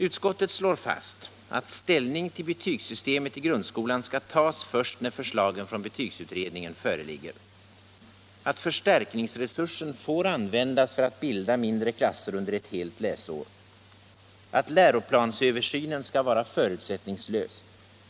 Utskottet slår fast att ta ställning till betygssystemet i grundskolan skall tas först när förslagen från betygsutredningen föreligger; att läroplansöversynen skall vara förutsättningslös.